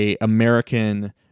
American